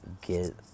get